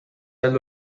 heldu